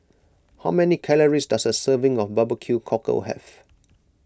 how many calories does a serving of BBQ Cockle have